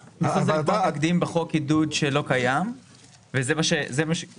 אתם מתמקדים בחוק עידוד שלא קיים כי אנחנו